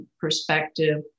perspective